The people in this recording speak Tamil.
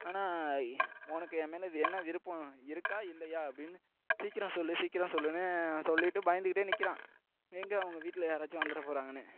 ஆனால் உனக்கு எம்மேலே என்ன விருப்பம் இருக்கா இல்லையா அப்படின்னு சீக்கிரோம் சொல்லு சீக்கிரோம் சொல்லுன்னு சொல்லிகிட்டு பயந்துகிட்டே நிற்கிறான் எங்கே அவங்க வீட்டில் யாராச்சும் வந்துரப்போறாங்கன்னு